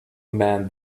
man